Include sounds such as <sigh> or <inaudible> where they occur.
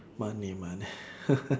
money mone~ <laughs>